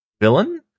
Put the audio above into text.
villain